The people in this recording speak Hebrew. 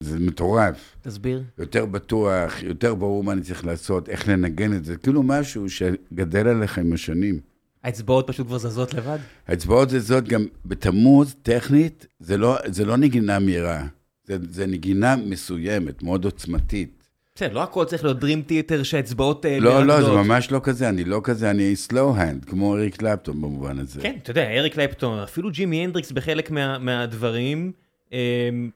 זה מטורף. תסביר. יותר בטוח, יותר ברור מה אני צריך לעשות, איך לנגן את זה, כאילו משהו שגדל עליך עם השנים. האצבעות פשוט כבר זזות לבד? האצבעות זזות גם בתמוז, טכנית, זה לא, זה לא נגינה מהירה, זו נגינה מסוימת, מאוד עוצמתית. בסדר, לא הכול צריך להיות dream theatre שהאצבעות... לא, לא, זה ממש לא כזה, אני לא כזה, אני slow hand, כמו אריק קלפטון במובן הזה. כן, אתה יודע, אריק קלפטון, אפילו ג'ימי הנדריקס בחלק מהדברים.